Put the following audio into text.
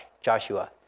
Joshua